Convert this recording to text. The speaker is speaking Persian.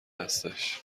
هستش